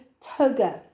toga